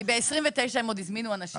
הם לא יעמדו בזה כי הם הזמינו אנשים ל-29 בחודש.